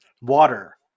Water